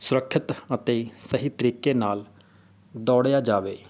ਸੁਰੱਖਿਅਤ ਅਤੇ ਸਹੀ ਤਰੀਕੇ ਨਾਲ ਦੌੜਿਆ ਜਾਵੇ